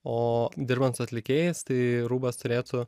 o dirbant su atlikėjais tai rūbas turėtų